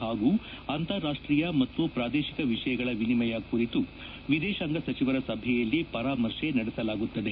ಈ ಶೃಂಗಸಭೆಗೆ ಸಿದ್ದತೆ ಹಾಗೂ ಅಂತಾರಾಷ್ಟೀಯ ಮತ್ತು ಪ್ರಾದೇಶಿಕ ವಿಷಯಗಳ ವಿನಿಮಯ ಕುರಿತು ವಿದೇಶಾಂಗ ಸಚಿವರ ಸಭೆಯಲ್ಲಿ ಪರಾಮರ್ಶೆ ನಡೆಸಲಾಗುತ್ತದೆ